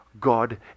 God